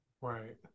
Right